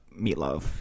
meatloaf